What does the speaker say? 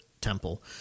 temple